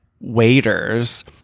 waiters